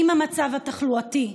עם המצב התחלואתי,